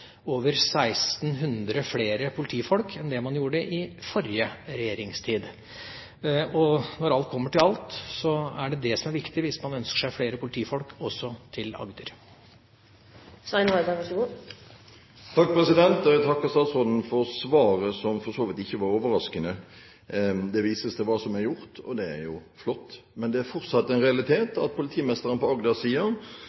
over 1 600 flere politifolk enn det man gjorde i forrige regjeringstid. Når alt kommer til alt, er det det som er viktig hvis man ønsker seg flere politifolk, også til Agder. Jeg takker statsråden for svaret, som for så vidt ikke var overraskende. Det vises til hva som er gjort, og det er jo flott. Men det er fortsatt en realitet